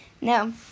No